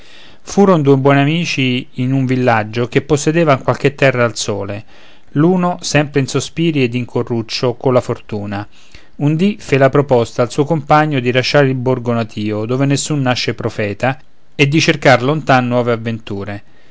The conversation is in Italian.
furon due buoni amici in un villaggio che possedevan qualche terra al sole l'uno sempre in sospiri ed in corruccio colla fortuna un dì fe la proposta al suo compagno di lasciar il borgo natio dove nessun nasce profeta e di cercar lontan nuove avventure